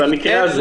במקרה הזה,